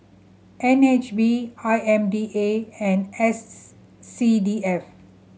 N H B I M D A and S C D F